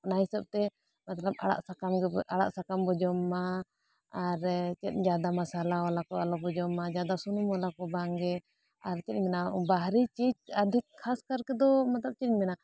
ᱚᱱᱟ ᱦᱤᱥᱟᱹᱵ ᱛᱮ ᱢᱚᱛᱞᱚᱵᱽ ᱟᱲᱟᱜ ᱥᱟᱠᱟᱢ ᱜᱮ ᱟᱲᱟᱜ ᱥᱟᱠᱟᱢ ᱵᱚ ᱡᱚᱢ ᱢᱟ ᱟᱨ ᱪᱮᱫ ᱡᱟᱫᱟ ᱢᱚᱥᱞᱟ ᱣᱟᱞᱟ ᱠᱚ ᱟᱞᱚ ᱵᱚᱱ ᱡᱚᱢ ᱢᱟ ᱡᱟᱫᱟ ᱥᱩᱱᱩᱢ ᱵᱟᱞᱟ ᱠᱚ ᱵᱟᱝᱜᱮ ᱟᱨ ᱪᱮᱫ ᱤᱧ ᱢᱮᱱᱟ ᱵᱟᱦᱨᱮ ᱪᱤᱡᱽ ᱟᱹᱰᱤ ᱠᱷᱟᱥ ᱠᱟᱨ ᱛᱮᱫ ᱢᱚᱛᱞᱚᱵᱽ ᱪᱮᱫ ᱤᱧ ᱢᱮᱱᱟ